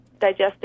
digestive